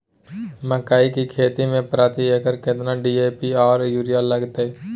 मकई की खेती में प्रति एकर केतना डी.ए.पी आर यूरिया लागत?